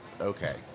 Okay